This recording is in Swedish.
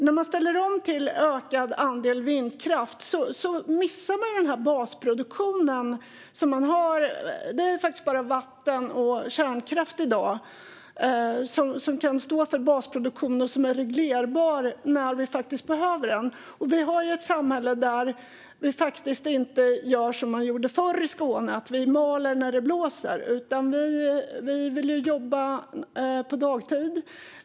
När man ställer om till en ökad andel vindkraft missar man basproduktionen. Det är faktiskt bara vatten och kärnkraft i dag som kan stå för basproduktionen och som är reglerbar, så att vi kan få den när vi faktiskt behöver den. Vi har ett samhälle där vi inte gör som man gjorde förr i Skåne: maler när det blåser. Vi vill jobba dagtid.